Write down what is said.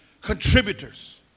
contributors